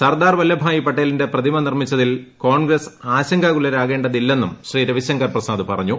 സർദാർ വല്ലഭായ് പട്ടേല്ിന്റെ പ്രതിമ നിർമ്മിച്ചതിൽ കോൺഗ്രസ് ആശങ്കാകുലരാകേ തില്ലെന്നും ശ്രീ രവിശങ്കർ പ്രസാദ് പറഞ്ഞു